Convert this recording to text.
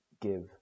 give